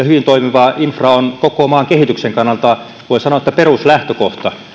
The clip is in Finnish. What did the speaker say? hyvin toimiva infra on koko maan kehityksen kannalta voi sanoa peruslähtökohta